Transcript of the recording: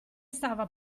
stava